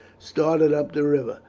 started up the river,